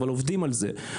אבל עובדים על זה.